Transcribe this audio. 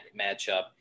matchup